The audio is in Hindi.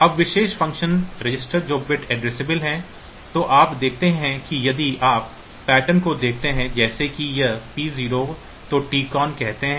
अब विशेष फ़ंक्शन रजिस्टर जो बिट एड्रेसेबल हैं तो आप देखते हैं कि यदि आप पैटर्न को देखते हैं जैसे कि यह P0 तो TCON कहते हैं